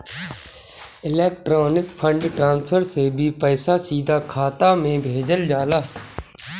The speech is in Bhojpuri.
इलेक्ट्रॉनिक फंड ट्रांसफर से भी पईसा सीधा खाता में भेजल जाला